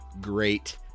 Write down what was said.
great